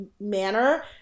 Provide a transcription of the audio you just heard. manner